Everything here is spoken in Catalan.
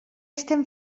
estem